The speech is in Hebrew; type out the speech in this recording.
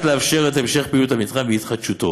לאפשר את המשך פעילות המתחם והתחדשותו,